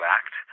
act